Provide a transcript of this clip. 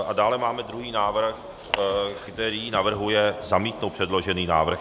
A dále máme druhý návrh, který navrhuje zamítnout předložený návrh.